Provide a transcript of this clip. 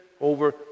over